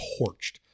torched